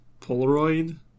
Polaroid